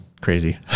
crazy